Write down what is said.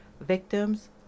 victims